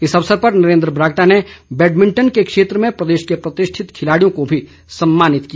इस अवसर पर नरेंद्र बरागटा ने बैटमिंटन के क्षेत्र में प्रदेश के प्रतिष्ठित खिलाड़ियों को भी सम्मानित किया